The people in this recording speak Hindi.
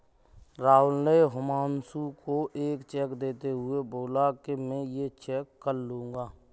राहुल ने हुमांशु को एक चेक देते हुए बोला कि मैं ये चेक कल लूँगा